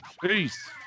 Peace